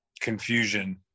confusion